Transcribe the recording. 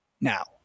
now